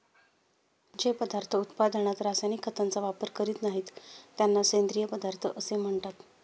जे पदार्थ उत्पादनात रासायनिक खतांचा वापर करीत नाहीत, त्यांना सेंद्रिय पदार्थ असे म्हणतात